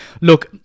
look